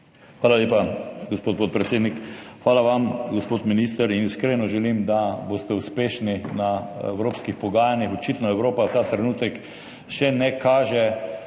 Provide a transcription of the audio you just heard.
Hvala lepa, gospod podpredsednik. Hvala vam, gospod minister. Iskreno želim, da boste uspešni na evropskih pogajanjih. Očitno Evropa ta trenutek še ne kaže